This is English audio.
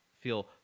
feel